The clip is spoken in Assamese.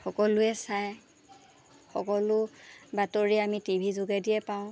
সকলোৱে চাই সকলো বাতৰি আমি টি ভি যোগেদিয়ে পাওঁ